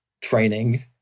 training